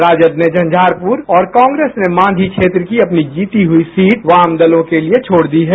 राजद ने झंझारपुर और कांग्रेस ने मांझी क्षेत्र की अपनी जीती हुई सीट वामदलों के लिए छोड़ दी हैं